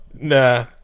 Nah